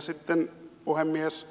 sitten puhemies